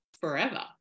forever